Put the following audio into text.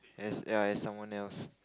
has ya has someone else